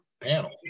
panel